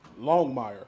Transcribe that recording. Longmire